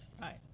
right